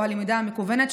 או "הלמידה המקוונת",